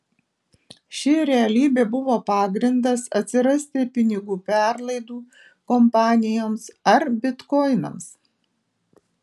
ši realybė buvo pagrindas atsirasti pinigų perlaidų kompanijoms ar bitkoinams